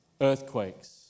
earthquakes